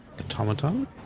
automaton